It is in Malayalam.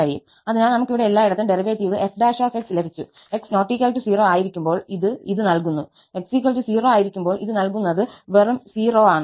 അതിനാൽ നമുക് ഇവിടെ എല്ലായിടത്തും ഡെറിവേറ്റീവ് f ′ ലഭിച്ചു x ≠ 0 ആയിരിക്കുമ്പോൾ ഇത് ഇത് നൽകുന്നു x 0 ആയിരിക്കുമ്പോൾ ഇത് നൽകുന്നത് വെറും 0 ആണ്